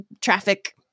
traffic